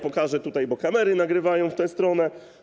Pokażę tutaj, bo kamery nagrywają w tę stronę.